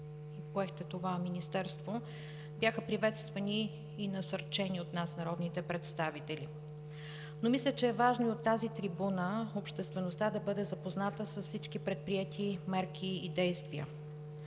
и поехте това Министерство, бяха приветствани и насърчени от нас, народните представители. Но мисля, че е важно от тази трибуна обществеността да бъде запозната с всички предприети мерки и действия.